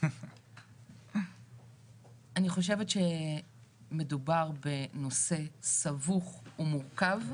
אני חושבת שמדובר בנושא סבוך ומורכב,